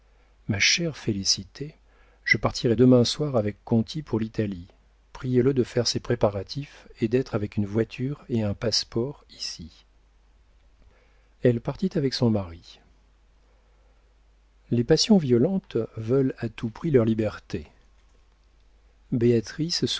ma chère félicité je partirai demain soir avec conti pour l'italie priez-le de faire ses préparatifs et d'être avec une voiture et un passe-port ici elle partit avec son mari les passions violentes veulent à tout prix leur liberté